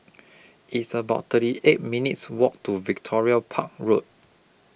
It's about thirty eight minutes' Walk to Victoria Park Road